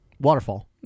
waterfall